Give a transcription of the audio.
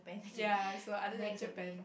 ya so other than Japan